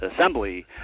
Assembly